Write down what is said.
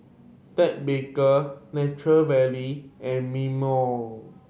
Ted Baker Nature Valley and Mimeo